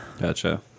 Gotcha